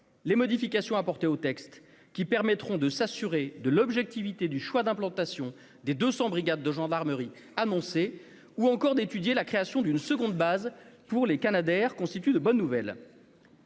les modifications apportées au texte qui permettront de s'assurer de l'objectivité du choix d'implantation des 200 brigades de gendarmerie annoncé ou encore d'étudier la création d'une seconde base pour les Canadair constituent de bonnes nouvelles.